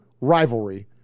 rivalry